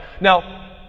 Now